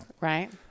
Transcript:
Right